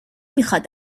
میخواد